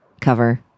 cover